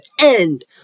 end